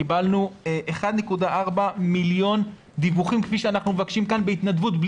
קיבלנו בהתנדבות ובלי חוק 1.4 מיליון דיווחים כפי אנחנו מבקשים כאן.